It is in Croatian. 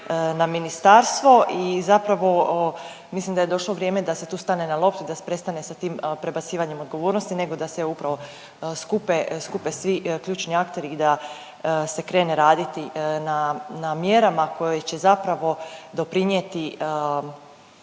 na ministarstvo i zapravo mislim da je došlo vrijeme da se tu stane na loptu i da se prestane sa tim prebacivanjem odgovornosti nego da se upravo skupe, skupe svi ključni akteri i da se krene raditi na, na mjerama koje će zapravo doprinjeti